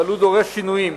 אבל הוא דורש שינויים.